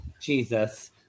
Jesus